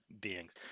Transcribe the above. beings